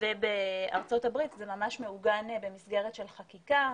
ובארצות הברית, זה ממש מעוגן במסגרת של חקיקה.